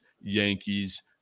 Yankees